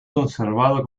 conservado